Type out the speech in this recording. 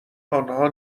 آنها